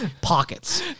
pockets